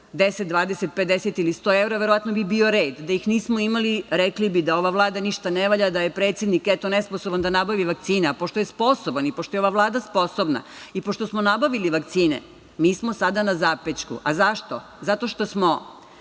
10, 20, 50 ili 100 evra verovatno bi bio red. Da ih nismo imali rekli bi da ova Vlada ništa ne valja, da je predsednik, eto, nesposoban da nabavi vakcine, a pošto je sposoban i pošto je ova Vlada sposobna i pošto smo nabavili vakcine, mi smo sada na zapećku. A zašto? Zato što smo